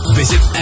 visit